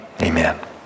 amen